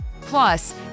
Plus